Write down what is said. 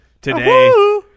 today